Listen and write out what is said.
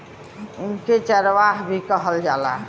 इनके चरवाह भी कहल जाला